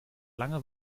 lange